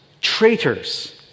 traitors